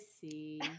see